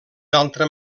d’altra